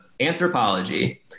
Anthropology